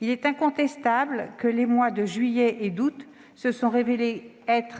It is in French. Il est incontestable que les mois de juillet et d'août se sont révélés